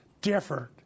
different